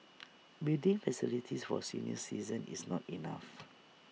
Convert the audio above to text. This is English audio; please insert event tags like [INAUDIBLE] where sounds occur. [NOISE] building facilities for senior citizens is not enough